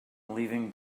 leaving